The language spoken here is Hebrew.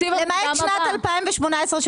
למעט שנת 2018,